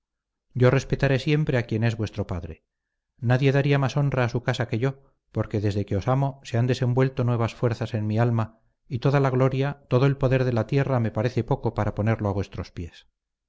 yo respetaré siempre a quien es vuestro padre nadie daría más honra a su casa que yo porque desde que os amo se han desenvuelto nuevas fuerzas en mi alma y toda la gloria todo el poder de la tierra me parece poco para ponerlo a vuestros pies